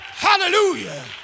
Hallelujah